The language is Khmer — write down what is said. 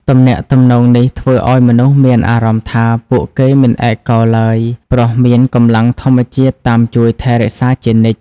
ទំនាក់ទំនងនេះធ្វើឱ្យមនុស្សមានអារម្មណ៍ថាពួកគេមិនឯកោឡើយ ព្រោះមាន "កម្លាំងធម្មជាតិ" តាមជួយថែរក្សាជានិច្ច។